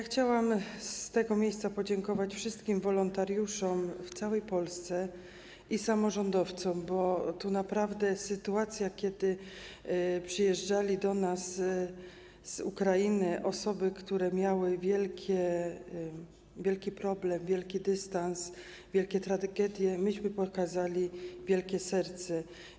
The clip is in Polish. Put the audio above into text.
Chciałam z tego miejsca podziękować wszystkim wolontariuszom z całej Polski i samorządowcom, bo naprawdę w sytuacji, kiedy przyjeżdżały do nas z Ukrainy osoby, które miały wielki problem, wielki dystans, wielkie tragedie, myśmy pokazali wielkie serce.